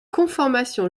conformation